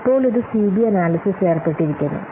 ഇപ്പോൾ ഇത് സിബി അനാല്യ്സിസിൽ ഏർപ്പെട്ടിരിക്കുന്നു